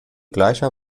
gleicher